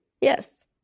yes